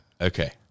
Okay